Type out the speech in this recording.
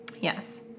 Yes